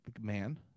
man